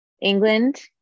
England